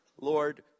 Lord